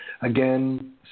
Again